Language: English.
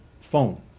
Phone